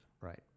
Right